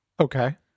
Okay